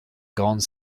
grande